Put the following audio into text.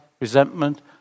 resentment